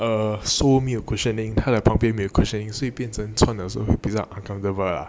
err sole 没有 cushioning 他的旁边没有 cushioning so 变得穿的时候比较 uncomfortable lah